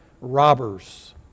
robbers